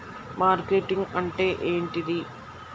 Marketing అంటే ఏంటిది?